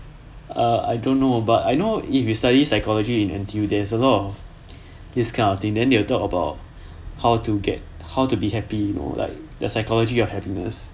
err I don't know but I know if you study psychology in N_T_U there's a lot of this kind of things then they'll talk about how to get how to be happy no like the psychology of happiness